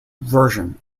version